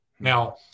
Now